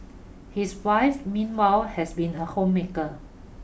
his wife meanwhile has been a homemaker